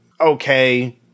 okay